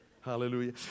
Hallelujah